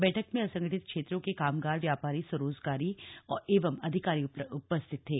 बैठक में असंगठित क्षेत्रों के कामगार व्यापारी स्वरोजगारी एवं अधिकारी उपस्थित थे